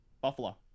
Buffalo